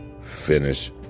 finish